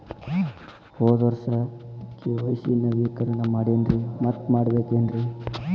ಹೋದ ವರ್ಷ ಕೆ.ವೈ.ಸಿ ನವೇಕರಣ ಮಾಡೇನ್ರಿ ಮತ್ತ ಮಾಡ್ಬೇಕೇನ್ರಿ?